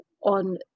on